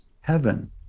heaven